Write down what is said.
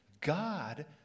God